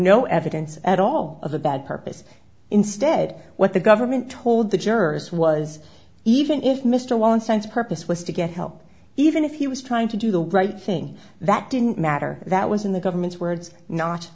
no evidence at all of a bad purpose instead what the government told the jurors was even if mr one sense of purpose was to get help even if he was trying to do the right thing that didn't matter that was in the government's words not